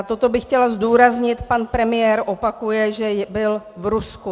Toto bych chtěla zdůraznit: Pan premiér opakuje, že byl v Rusku.